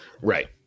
right